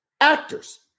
actors